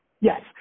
Yes